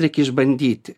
reikia išbandyti